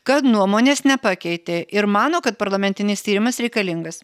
kad nuomonės nepakeitė ir mano kad parlamentinis tyrimas reikalingas